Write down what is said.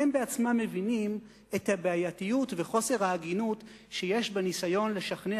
הם בעצמם מבינים את הבעייתיות וחוסר ההגינות שיש בניסיון לשכנע